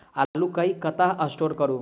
आलु केँ कतह स्टोर करू?